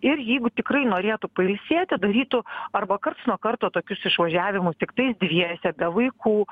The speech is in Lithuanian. ir jeigu tikrai norėtų pailsėti darytų arba karts nuo karto tokius išvažiavimus tiktais dviese be vaikų